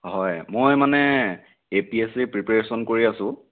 হয় মই মানে এ পি এছ চিৰ প্ৰীপেয়াৰেশ্যন কৰি আছোঁ